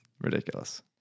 Ridiculous